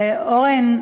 אורן,